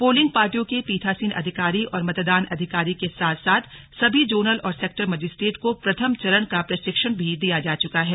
polling पार्टियों के पीठासीन अधिकारी और मतदान अधिकारी के साथ साथ सभी जोनल और सेक्टर मजिस्ट्रेट को प्रथम चरण का प्रशिक्षण भी दिया जा चुका है